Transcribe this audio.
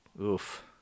Oof